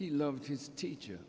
he loved his teacher